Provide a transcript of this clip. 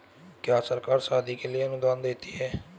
क्या सरकार शादी के लिए अनुदान देती है?